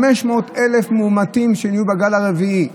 500,000 מאומתים שהיו בגל הרביעי,